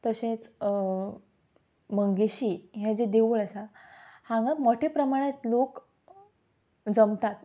तशेंच मंगेशी हें जें देवूळ आसा हांगा मोट्या प्रमाणांत लोक जमतात